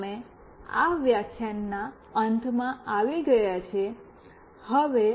તેથી અમે આ વ્યાખ્યાનના અંતમાં આવી ગયા છે